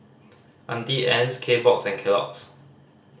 Auntie Anne's Kbox and Kellogg's